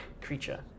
creature